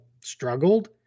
struggled